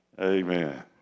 Amen